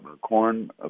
corn